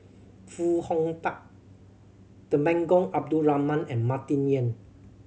Foo Hong Tatt Temenggong Abdul Rahman and Martin Yan